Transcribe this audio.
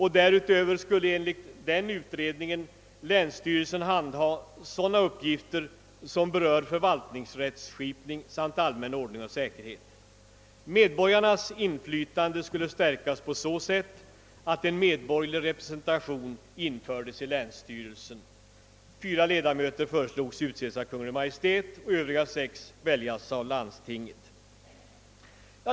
Därutöver skulle enligt denna utredning länsstyrelsen handha sådana uppgifter som berör förvaltningsrättsskipning samt allmän ordning och säkerhet. Medborgarnas inflytande skulle stärkas på så sätt att en medborgerlig representation infördes i länsstyrelsen. Fyra ledamöter föreslogs bli utsedda av Kungl. Maj:t och sex skulle väljas av landstinget.